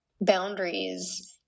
boundaries